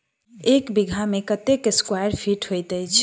एक बीघा मे कत्ते स्क्वायर फीट होइत अछि?